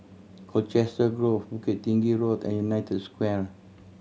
Colchester Grove Bukit Tinggi Road and United Square